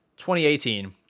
2018